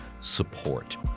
support